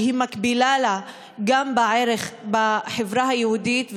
המקבילה לה בחברה היהודית,